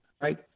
right